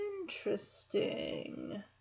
Interesting